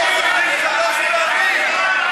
וזה לפי התקנון.